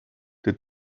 did